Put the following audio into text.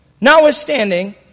Notwithstanding